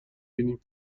بینیم